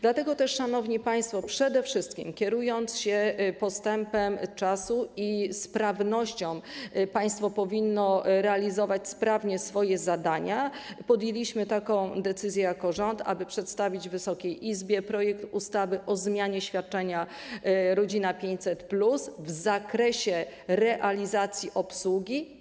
Dlatego też, szanowni państwo, przede wszystkim kierując się postępem czasu i sprawnością, państwo powinno realizować sprawnie swoje zadania, podjęliśmy taką decyzję jako rząd, aby przedstawić Wysokiej Izbie projekt ustawy o zmianie świadczenia „Rodzina 500+” w zakresie realizacji obsługi.